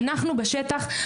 אנחנו אלה שבאמת נמצאים בשטח,